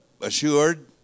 assured